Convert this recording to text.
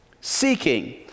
seeking